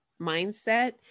mindset